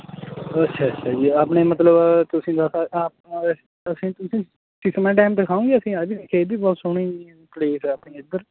ਅੱਛਾ ਅੱਛਾ ਜੀ ਆਪਣੇ ਮਤਲਬ ਤੁਸੀਂ ਅਸੀਂ ਤੁਸੀਂ ਸਿਸਵਾ ਡੈਮ ਦਿਖਾਉਗੇ ਅਸੀਂ ਆਹ ਵੀ ਵੇਖਿਆ ਇਹ ਵੀ ਬਹੁਤ ਸੋਹਣੀ ਪਲੇਸ ਹੈ ਆਪਣੀ ਇੱਧਰ